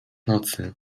nocy